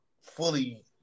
fully